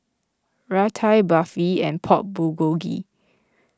Raita Barfi and Pork Bulgogi